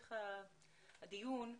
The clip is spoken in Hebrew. להמשך הדיון.